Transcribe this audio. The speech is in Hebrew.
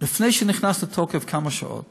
כמה שעות